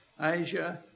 Asia